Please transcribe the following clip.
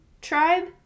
tribe